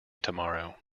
tomorrow